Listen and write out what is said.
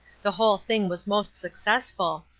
the whole thing was most successful.